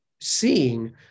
seeing